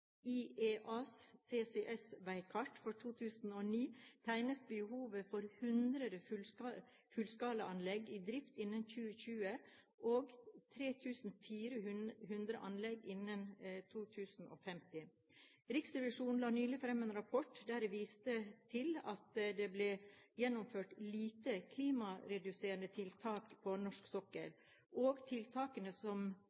I IEAs CCS-veikart fra 2009 tegnes behovet for 100 fullskalarenseanlegg i drift innen 2020 og 3 400 anlegg innen 2050. Riksrevisjonen la nylig fram en rapport, der de viste til at det ble gjennomført få klimareduserende tiltak på norsk